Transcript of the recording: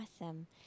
awesome